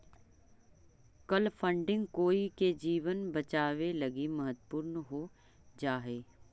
कल फंडिंग कोई के जीवन बचावे लगी महत्वपूर्ण हो जा हई